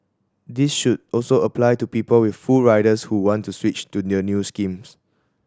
this should also apply to people with full riders who want to switch to the new schemes